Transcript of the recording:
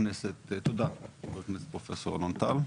תודה חבר הכנסת פרופסור אלון טל.